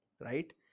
right